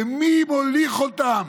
ומי מוליך אותם?